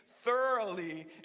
thoroughly